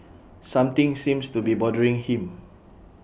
something seems to be bothering him